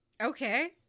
Okay